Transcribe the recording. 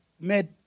made